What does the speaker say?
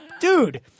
dude